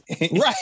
right